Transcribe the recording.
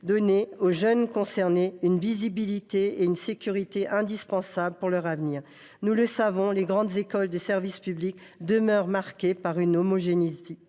donner aux jeunes concernés une visibilité et une sécurité indispensables pour leur avenir. Comme nous le savons, les grandes écoles de service public sont marquées par une homogénéité